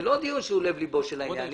זה לא דיון שהוא לב ליבו של העניין.